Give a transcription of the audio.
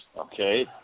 okay